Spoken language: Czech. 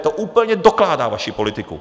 To úplně dokládá vaši politiku.